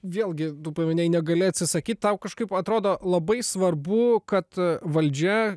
vėlgi tu paminėjai negali atsisakyt tau kažkaip atrodo labai svarbu kad valdžia